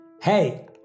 Hey